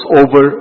over